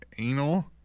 Anal